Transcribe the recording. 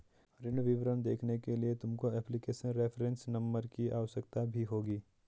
ऋण विवरण देखने के लिए तुमको एप्लीकेशन रेफरेंस नंबर की आवश्यकता भी होगी